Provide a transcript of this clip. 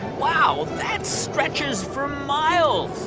wow, that stretches for miles